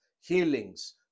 healings